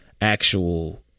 actual